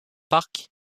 parc